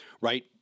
right